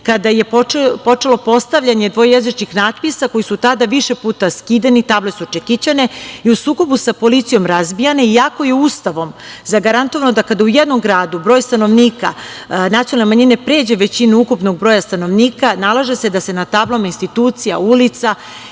kada je počelo postavljanje dvojezičkih natpisa koji su tada više puta skidani, table su čekićane i u sukobu sa policijom razbijane, iako je Ustavom zagarantovano da kada u jednom gradu broj stanovnika nacionalne manjine pređe većinu ukupnog broja stanovnika, nalaže se da se na tablama institucija, ulica